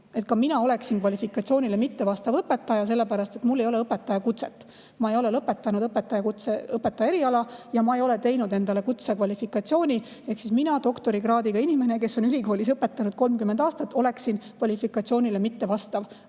Ka mina oleksin kvalifikatsioonile mittevastav õpetaja, sellepärast et mul ei ole õpetaja kutset, ma ei ole lõpetanud õpetaja eriala ja ma ei ole teinud endale kutsekvalifikatsiooni. Ehk siis mina, doktorikraadiga inimene, kes on ülikoolis õpetanud 30 aastat, oleksin kvalifikatsioonile mittevastav